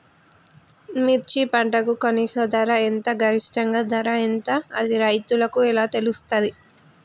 మిర్చి పంటకు కనీస ధర ఎంత గరిష్టంగా ధర ఎంత అది రైతులకు ఎలా తెలుస్తది?